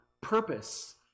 purpose